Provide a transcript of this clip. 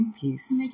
Peace